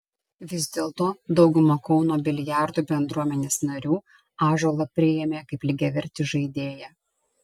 vis dėlto dauguma kauno biliardo bendruomenės narių ąžuolą priėmė kaip lygiavertį žaidėją